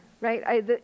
right